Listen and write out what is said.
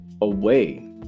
away